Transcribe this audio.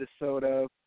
Minnesota